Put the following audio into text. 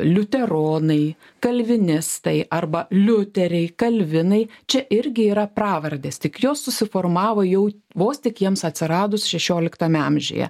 liuteronai kalvinistai arba liuteriai kalvinai čia irgi yra pravardės tik jos susiformavo jau vos tik jiems atsiradus šešioliktame amžiuje